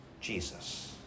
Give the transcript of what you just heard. Jesus